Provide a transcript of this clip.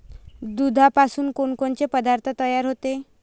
दुधापासून कोनकोनचे पदार्थ तयार होते?